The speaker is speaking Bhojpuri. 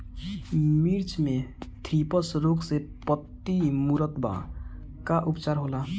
मिर्च मे थ्रिप्स रोग से पत्ती मूरत बा का उपचार होला?